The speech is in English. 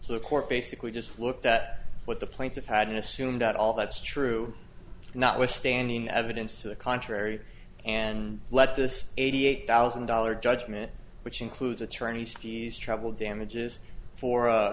the court basically just looked at what the plaintiff had assumed at all that's true notwithstanding evidence to the contrary and let this eighty eight thousand dollars judgment which includes attorneys fees travel damages for a